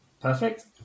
Perfect